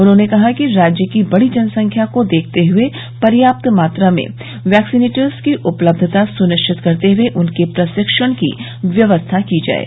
उन्होंने कहा कि राज्य की बड़ी जनसंख्या को देखते हुए पर्याप्त मात्रा में वैक्सीनेटर्स की उपलब्धता सुनिश्चित करते हुए उनके प्रशिक्षण की व्यवस्था की जाये